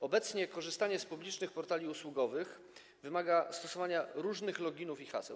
Obecnie korzystanie z publicznych portali usługowych wymaga stosowania różnych loginów i haseł.